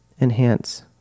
Enhance